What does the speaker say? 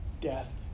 death